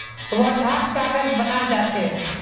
वर्धात कागज बनाल जा छे